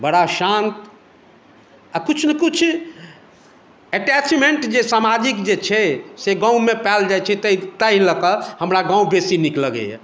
बड़ा शान्त आओर किछु ने किछु अटैचमेंट जे सामाजिक जे छै से गाँवमे पाओल जाइ छै तहि लअ कऽ हमरा गाँव बेसी नीक लगैए